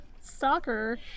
stalker